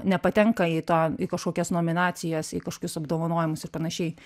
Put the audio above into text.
nepatenka į tą į kažkokias nominacijas į kažkokius apdovanojimus ir panašiai